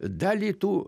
dalį tų